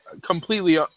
completely